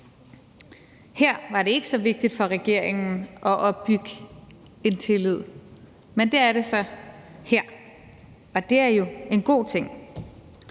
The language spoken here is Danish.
Her var det ikke så vigtigt for regeringen at opbygge en tillid, men det er det så her, og det er jo en god ting